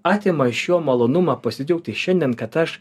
atima iš jo malonumą pasidžiaugti šiandien kad aš